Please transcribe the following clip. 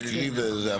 נקריא וזה.